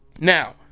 now